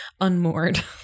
unmoored